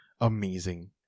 Amazing